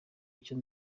y’icyo